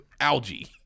algae